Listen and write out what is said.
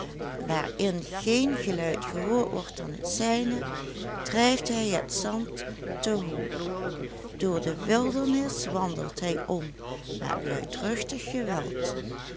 waarin geen geluid gehoord wordt dan het zijne drijft hij het zand te hoop door de wildernis wandelt hij om met luidruchtig geweld